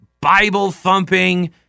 Bible-thumping